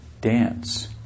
dance